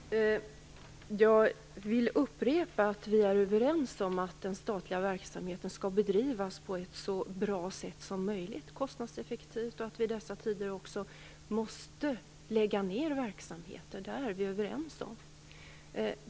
Fru talman! Jag vill upprepa att vi är överens om att den statliga verksamheten skall bedrivas på ett så bra sätt som möjligt. Den skall vara kostnadseffektiv. I dessa tider måste vi också lägga ned verksamheter. Det är vi överens om.